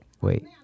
Wait